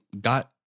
got